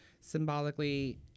symbolically